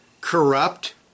corrupt